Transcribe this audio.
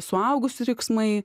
suaugusių riksmai